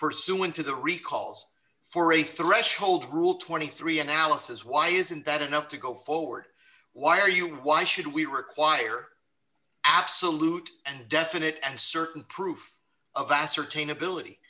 pursuant to the recalls for a threshold rule twenty three analysis why isn't that enough to go forward why are you why should we require absolute and definite and certain proof of ascertain ability